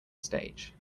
stage